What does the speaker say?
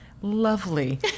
lovely